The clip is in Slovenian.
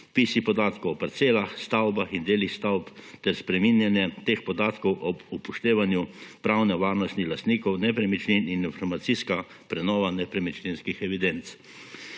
vpisi podatkov o parcelah, stavbah in delih stavb ter spreminjanje teh podatkov ob upoštevanju pravne varnosti lastnikov nepremičnin ter informacijska prenova nepremičninskih evidenc.